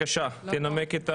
בבקשה תנמק.